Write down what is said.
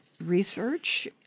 research